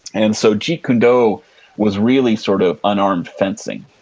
and so, jeet kune do was really sort of unarmed fencing.